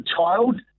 child